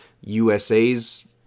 USA's